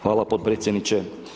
Hvala potpredsjedniče.